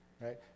Right